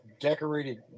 decorated